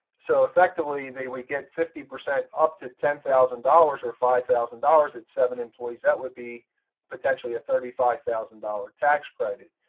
so effectively, we get fifty percent up to ten thousand dollars or five thousand dollars at seven employees that would be potentially a thirty five thousand dollars tax credit.